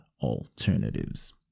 alternatives